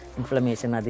inflammation